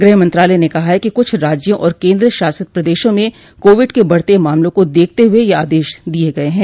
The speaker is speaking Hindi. गृह मंत्रालय ने कहा है कि कुछ राज्यों और केन्द्र शासित प्रदेशों में कोविड के बढ़ते मामला को देखते हुए यह आदेश दिये गये हैं